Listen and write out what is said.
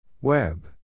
Web